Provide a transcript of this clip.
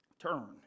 turn